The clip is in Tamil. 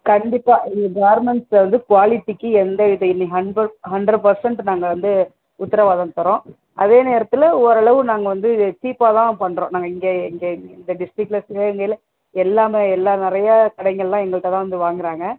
கண்டிப்பாக எங்கள் கார்மெண்ட்ஸில் வந்து குவாலிட்டிக்கு எந்த இடைளி ஹண்பர் ஹண்ட்ரேட் பர்சென்ட்டு நாங்கள் வந்து உத்தரவாதம் தரோம் அதே நேரத்தில் ஓரளவு நாங்கள் வந்து சீப்பாக தான் பண்ணுறோம் நாங்கள் இங்கே இங்கே இந்த டிஸ்டிக்கில சிவகங்கையில் எல்லாமே எல்லா நிறையா கடைங்கள்லாம் எங்கள்கிட்ட தான் வந்து வாங்குறாங்க